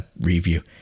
review